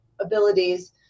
abilities